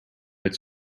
its